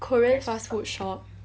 korean fast food shop